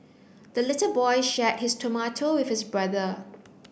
the little boy shared his tomato with his brother